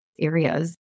areas